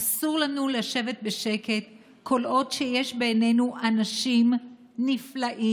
אסור לנו לשבת בשקט כל עוד יש בינינו אנשים נפלאים